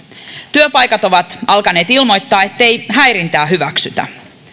työpaikat ovat alkaneet ilmoittaa ettei häirintää hyväksytä